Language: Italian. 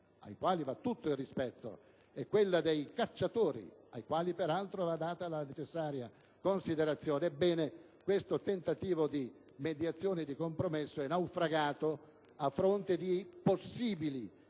ai quali va tutto il rispetto, e quella dei cacciatori, ai quali va data la necessaria considerazione. Ebbene, il tentativo di mediazione e di compromesso è naufragato a fronte di possibili